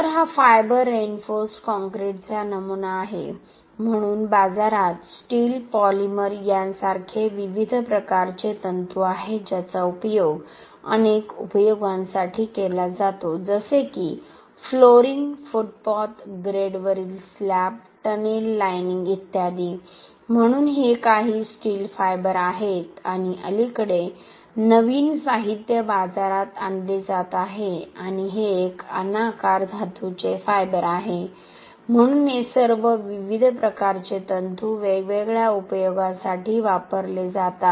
तर हा fibre reinforced काँक्रीटचा नमुना आहे म्हणून बाजारात स्टील पॉलिमर यांसारखे विविध प्रकारचे तंतू आहेत ज्याचा उपयोग अनेक उपयोगांसाठी केला जातो जसे की फ्लोअरिंग फुटपाथ ग्रेडवरील स्लॅब टनेल लाइनिंग इत्यादी म्हणून हे काही स्टील फायबर आहेत आणि अलीकडे नवीन साहित्य बाजारात आणले जात आहे आणि हे एक अनाकार धातूचे फायबर आहे म्हणून हे सर्व विविध प्रकारचे फायबर्स वेगवेगळ्या उपयोगासाठी वापरले जातात